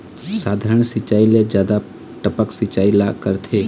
साधारण सिचायी ले जादा टपक सिचायी ला करथे